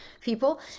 people